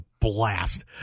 blast